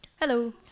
Hello